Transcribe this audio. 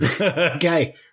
Okay